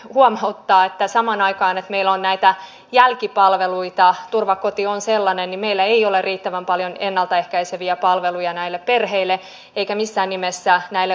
vuan suattaa että samanaikainen ilo näitä jälkipalveluita turvakoti historiallista koskaan aikaisemmin ei ole riittävän paljon ennaltaehkäiseviä palveluja näille perheille eikä missään näin tapahtunut